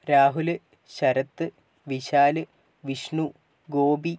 Rahul Sharath Vishal Vishnu Gopi